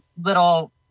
little